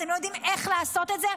אתם לא יודעים איך לעשות את זה.